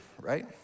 right